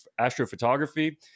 astrophotography